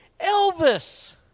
Elvis